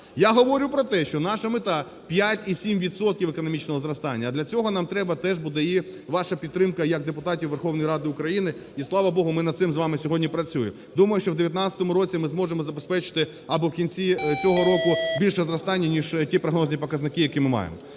Я говорю про те, що наша мета - 5,7 відсотків економічного зростання, а для цього нам треба буде і ваша підтримка як депутатів Верховної Ради України, і, слава Богу, ми над цим з вами сьогодні працюємо. Думаю, що в 2019 році ми зможемо забезпечити, або в кінці цього року, більше зростання, ніж ті прогнозні показники, які ми маємо.